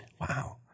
Wow